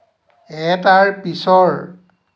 এটাৰ পিছৰ